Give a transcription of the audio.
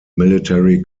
military